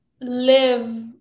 live